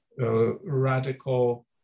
Radical